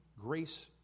grace